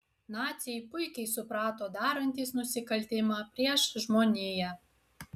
naciai puikiai suprato darantys nusikaltimą prieš žmoniją